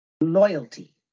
loyalty